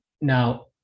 now